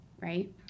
right